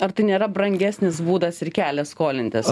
ar tai nėra brangesnis būdas ir kelias skolintis